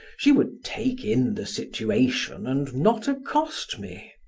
she would take in the situation and not accost me.